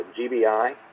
GBI